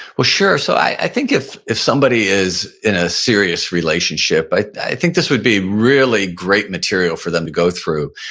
well, sure, so i think if if somebody is in a serious relationship, i i think this would be really great material for them to go through,